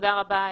תודה על